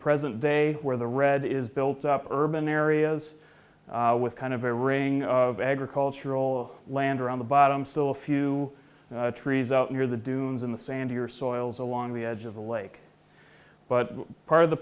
present day where the red is built up urban areas with kind of a ring of agricultural land around the bottom still a few trees out near the dunes in the sand here soils along the edge of the lake but part